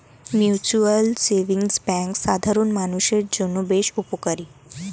mutual savings bank সাধারণ মানুষদের জন্য বেশ উপকারী